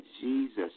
Jesus